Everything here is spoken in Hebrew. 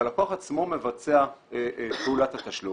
שהלקוח עצמו מבצע את פעולת התשלום,